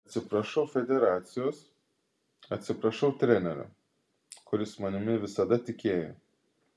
atsiprašau federacijos atsiprašau trenerio kuris manimi visada tikėjo